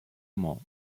mans